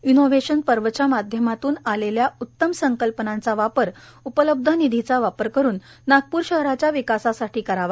innovation पर्वच्या माध्यमातून आलेल्या उत्तम संकल्पनांचा वापर उपलब्ध निधीचा वापर करून नागपूर शहराच्या विकासासाठी करावा